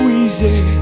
easy